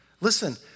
Listen